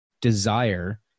desire